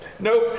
Nope